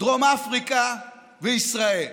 דרום אפריקה וישראל.